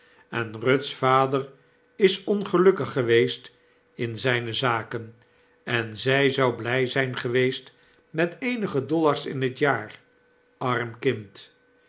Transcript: en euth's vader is ongelukkig geweest in zyne zaken en zy zou bly zijn geweest met eenige dollars in t jaar arm kind